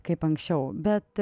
kaip anksčiau bet